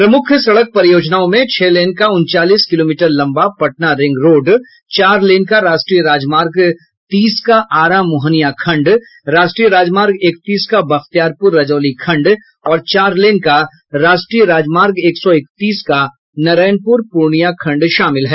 प्रमुख सड़क परियोजनाओं में छह लेन का उनचालीस किलोमीटर लम्बा पटना रिंग रोड़ चार लेन का राष्ट्रीय राजमार्ग तीस का आरा मोहनिया खंड राष्ट्रीय राजमार्ग इकतीस का बख्तियारपूर रजौली खंड और चार लेन का राष्ट्रीय राजमार्ग एक सौ इकतीस का नरैनपुर पुर्णिया खंड शामिल हैं